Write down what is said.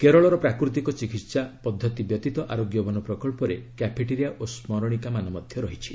କେରଳର ପ୍ରାକୃତିକ ଚିକିତ୍ସା ବ୍ୟତୀତ ଆରୋଗ୍ୟ ବନ ପ୍ରକଳ୍ପରେ କ୍ୟାଫେଟେରିଆ ଓ ସ୍କରଣୀକା ମାନ ରହିଛି